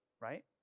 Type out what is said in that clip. right